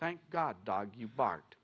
thank god dog you barked